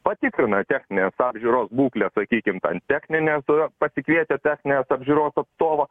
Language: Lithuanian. patikrina techninės apžiūros būklę sakykim ten techninę turiu pasikvietęs techninės apžiūros atstovą